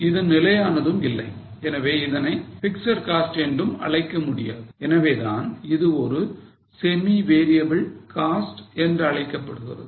இது நிலையானதும் இல்லை எனவே இதனை பிக்ஸட் காஸ்ட் என்றும் அழைக்க முடியாது எனவேதான் இது ஒரு semi variable cost என்றழைக்கப்படுகிறது